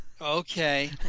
okay